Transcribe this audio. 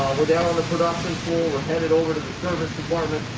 we're down on the production floor. we're headed over service department.